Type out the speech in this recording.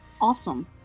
Awesome